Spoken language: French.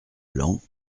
blancs